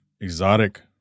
exotic